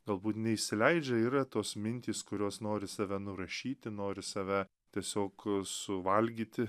galbūt neįsileidžia yra tos mintys kurios nori save nurašyti nori save tiesiog suvalgyti